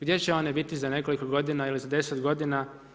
Gdje će oni biti za nekoliko godina ili za 10 godina?